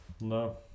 no